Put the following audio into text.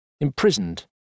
imprisoned